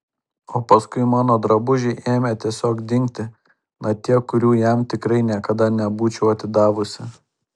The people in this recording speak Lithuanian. o paskui mano drabužiai ėmė tiesiog dingti na tie kurių jam tikrai niekada nebūčiau atidavusi